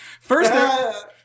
First